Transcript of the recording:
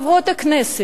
חברות הכנסת,